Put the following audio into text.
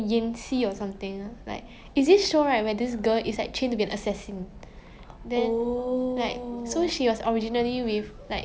then 他不见去 lah then after that right 他们 like 她去找那个另外:tae qu zhao na ge ling wai third party 那个 guy then 他是